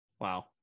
Wow